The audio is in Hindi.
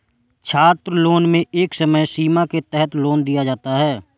छात्रलोन में एक समय सीमा के तहत लोन को दिया जाता है